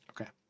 okay